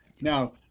Now